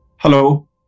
Hello